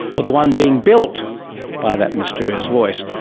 or the one being built by that mysterious voice.